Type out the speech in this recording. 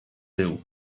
był